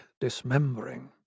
dismembering